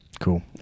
Cool